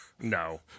No